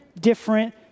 different